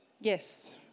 Yes